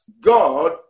God